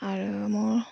আৰু মোৰ